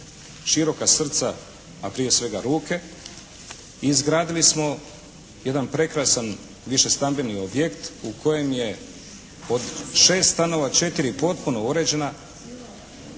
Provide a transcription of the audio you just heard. široka srca, a prije svega ruke izgradili smo jedan prekrasan višestambeni objekt u kojem je od 6 stanova 4 potpuno uređena.